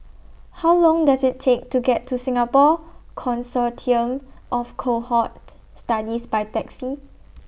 How Long Does IT Take to get to Singapore Consortium of Cohort Studies By Taxi